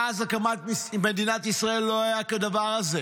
מאז הקמת מדינת ישראל לא היה כדבר הזה,